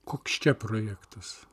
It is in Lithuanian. koks čia projektas